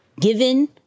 given